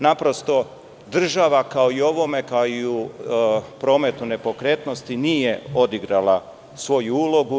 Naprosto, država, kao i u prometu nepokretnosti, nije odigrala svoju ulogu.